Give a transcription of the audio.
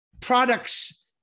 products